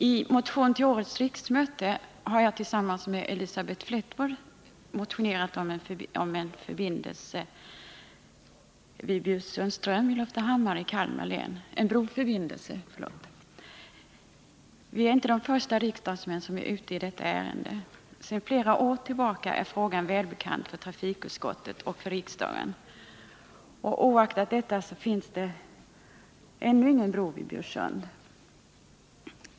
Herr talman! Till årets riksmöte har jag tillsammans med Elisabeth Fleetwood motionerat om en fast broförbindelse vid Bjursundsström i Loftahammar i Kalmar län. Vi är inte de första riksdagsledamöter som är ute i detta ärende. Sedan flera år tillbaka är frågan välbekant för trafikutskottet och för riksdagen. Oaktat detta finns ännu ingen bro vid Bjursund.